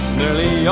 nearly